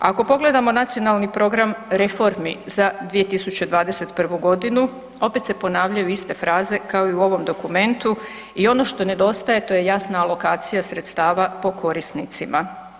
Ako pogledamo Nacionalni program reformi za 2021. g., opet se ponavljaju iste fraze kao i u ovom dokumentu i ono što nedostaje a to je jasna alokacija sredstava po korisnicima.